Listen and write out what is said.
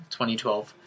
2012